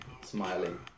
smiling